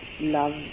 love